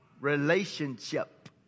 relationship